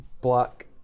black